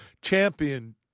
champion